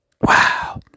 wow